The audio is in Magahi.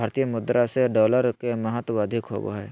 भारतीय मुद्रा से डॉलर के महत्व अधिक होबो हइ